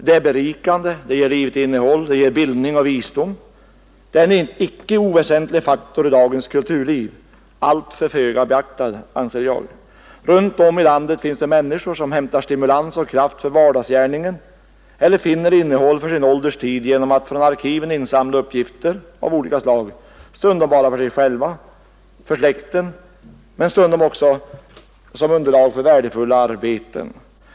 Detta är berikande, det ger livet innehåll, det ger bildning och visdom, och det är en icke oväsentlig faktor i dagens kulturliv — alltför föga beaktad, anser jag. Runt om i landet finns det människor som hämtar stimulans och kraft för vardagsgärningen eller finner innehåll i sin ålders tid genom att från arkiven insamla uppgifter av olika slag, stundom bara för sig själva eller för släkten, men stundom också som underlag för värdefulla arbeten.